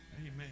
Amen